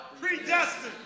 Predestined